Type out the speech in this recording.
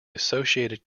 associated